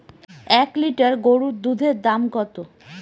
এক লিটার গরুর দুধের দাম কত?